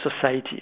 society